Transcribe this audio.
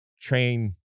train